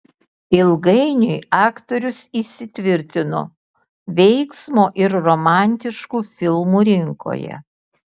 ilgainiui aktorius įsitvirtino veiksmo ir romantiškų filmų rinkoje